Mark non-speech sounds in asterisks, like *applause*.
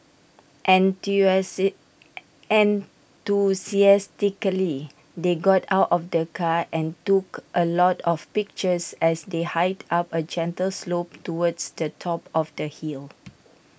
*unintelligible* enthusiastically they got out of the car and took A lot of pictures as they hiked up A gentle slope towards the top of the hill